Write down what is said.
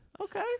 Okay